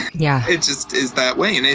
yeah it just is that way. and and